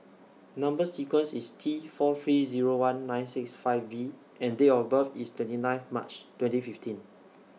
Number sequence IS T four three Zero one nine six five V and Date of birth IS twenty nine March twenty fifteen